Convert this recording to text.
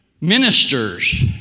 ministers